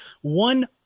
one